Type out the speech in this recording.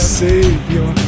savior